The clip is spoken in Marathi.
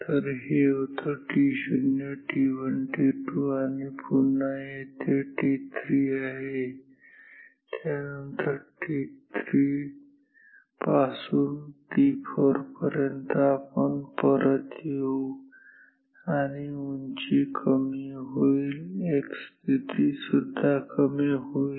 तर हे होतं t0 t1 t2 आणि पुन्हा येथे t3 आहे आणि त्यानंतर t3 पासून t4 पर्यंत आपण पण परत जाऊ आणि उंची कमी होईल x स्थिती सुद्धा कमी होईल